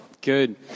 Good